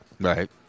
Right